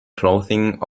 clothing